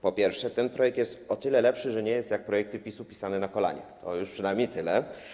Po pierwsze, ten projekt jest o tyle lepszy, że nie jest jak projekty PiS-u pisany na kolanie, przynajmniej tyle.